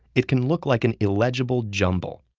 it can look like an illegible jumble.